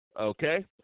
okay